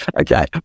Okay